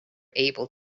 able